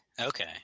Okay